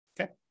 Okay